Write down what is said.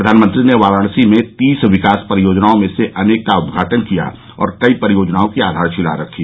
प्रधानमंत्री ने वाराणसी में तीस विकास परियोजनाओं में से अनेक का उद्घाटन किया और कई परियोजनाओं की आधारशिला रखी